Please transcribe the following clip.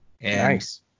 Nice